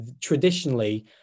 traditionally